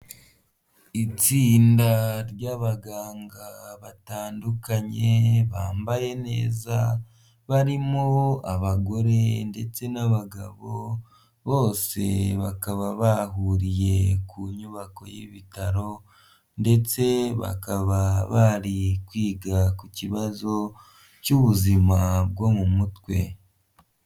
Itsinda ry'abaganga batandukanye, bambaye neza, barimo abagore ndetse n'abagabo, bose bakaba bahuriye ku nyubako y'ibitaro, ndetse bakaba bari kwiga ku kibazo cy'ubuzima bwo mu mutwe.